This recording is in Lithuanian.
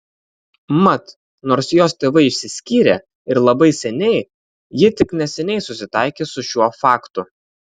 mat nors jos tėvai išsiskyrė ir labai seniai ji tik neseniai susitaikė su šiuo faktu